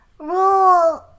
rule